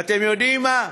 ואתם יודעים מה?